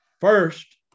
First